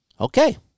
Okay